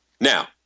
Now